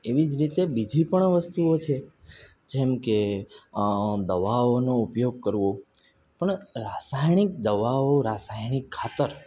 એવી જ રીતે બીજી પણ વસ્તુઓ છે જેમ કે દવાઓનો ઉપયોગ કરવો પણ રાસાયણિક દવાઓ રાસાયણિક ખાતર